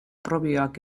propioak